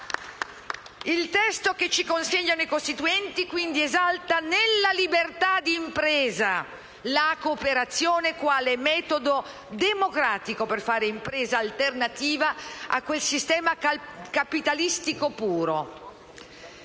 Il testo che ci consegnano i Costituenti, quindi, esalta nella libertà di impresa la cooperazione quale metodo democratico per fare impresa alternativa a quel sistema capitalistico puro.